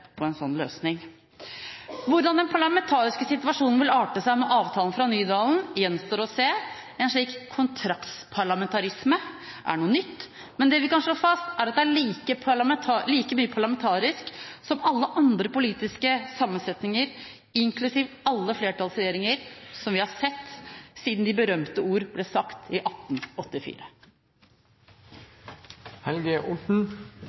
på en slik løsning. Hvordan den parlamentariske situasjonen vil arte seg med avtalen fra Nydalen gjenstår å se. En slik «kontraktparlamentarisme» er noe nytt, men det vi kan slå fast, er at den er like parlamentarisk som alle andre politiske sammensetninger, inklusiv alle flertallsregjeringer vi har sett siden de berømte ord ble sagt i